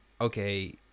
okay